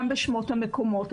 גם בשמות המקומות.